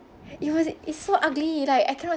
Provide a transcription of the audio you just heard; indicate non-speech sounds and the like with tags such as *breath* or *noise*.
*breath* it was it's so ugly like I cannot